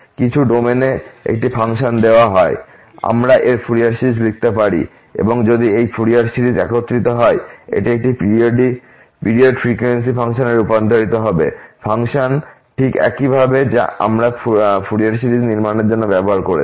কিছু ডোমেইনে একটি ফাংশন দেওয়া হয় আমরা এর ফুরিয়ার সিরিজ লিখতে পারি এবং যদি এই ফুরিয়ার সিরিজ একত্রিত হয় এটি একটি পিরিয়ড ফ্রিকোয়েন্সি ফাংশনে রূপান্তরিত হবে ফাংশন ঠিক একই হবে যা আমরা ফুরিয়ার সিরিজ নির্মাণের জন্য ব্যবহার করেছি